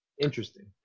interesting